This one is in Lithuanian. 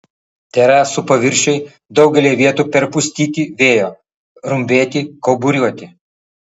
terasų paviršiai daugelyje vietų perpustyti vėjo rumbėti kauburiuoti